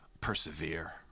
persevere